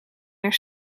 naar